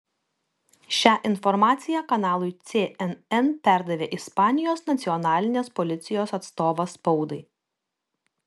šią informaciją kanalui cnn perdavė ispanijos nacionalinės policijos atstovas spaudai